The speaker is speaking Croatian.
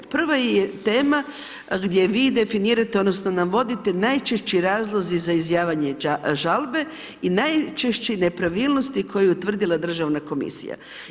Prva je tema gdje vi definirate odnosno navodite najčešći razlozi za izjavljanje žalbe i najčešće nepravilnosti koje je utvrdila Državna komisija.